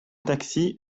taxi